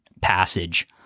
passage